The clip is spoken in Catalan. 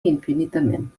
infinitament